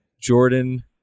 Jordan